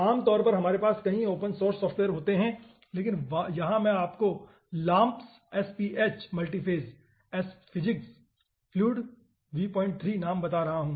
आमतौर पर हमारे पास कई ओपन सोर्स सॉफ़्टवेयर होते हैं लेकिन यहाँ मैं आपको LAAMPS SPH multiphase SPHysics Fluids v3 नाम बता रहा हूँ